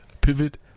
pivot